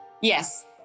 Yes